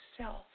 self